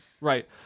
Right